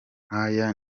nk’aya